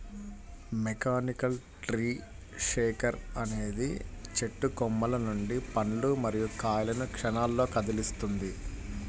mechanical tree shaker అనేది చెట్టు కొమ్మల నుండి పండ్లు మరియు కాయలను క్షణాల్లో కదిలిస్తుంది